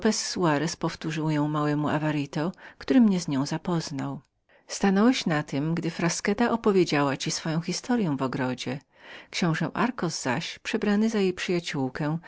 soarez powtórzył ją przed małym awaritem który mnie z nią oznajmił stanąłeś na tem gdy frasqueta opowiedziała ci swoją historyę w ogrodzie książe darcos zaś przebrany za jej przyjaciołkę